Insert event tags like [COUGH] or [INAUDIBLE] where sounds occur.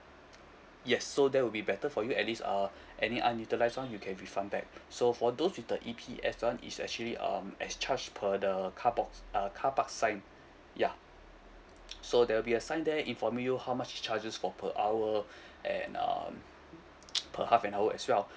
yes so that will be better for you at least err [BREATH] any unutilized [one] you can refund back [BREATH] so for those with the E_P_S [one] is actually um as charged per the car box uh car park sign yeah [NOISE] so there will be a sign there informing you how much charges for per hour [BREATH] and um [NOISE] per half an hour as well [BREATH]